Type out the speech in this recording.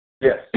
Yes